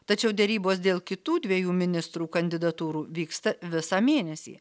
tačiau derybos dėl kitų dviejų ministrų kandidatūrų vyksta visą mėnesį